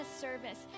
service